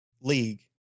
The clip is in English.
league